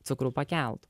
cukrų pakelt